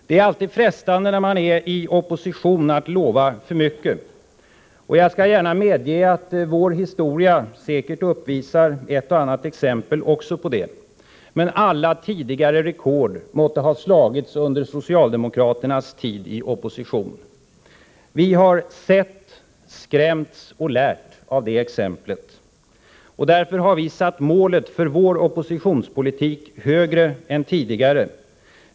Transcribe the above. Det är alltid frestande när man är i opposition att lova för mycket, och jag skall gärna medge att vår historia säkert också uppvisar ett och annat exempel på det, men alla tidigare rekord måtte ha slagits under socialdemokraternas tid i opposition. Vi har sett, skrämts och lärt av det exemplet, och därför har vi satt målet för vår oppositionspolitik högre än tidigare.